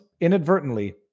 inadvertently